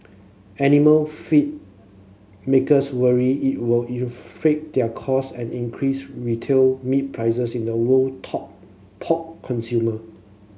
animal feed makers worry it will inflate their cost and increase retail meat prices in the world top pork consumer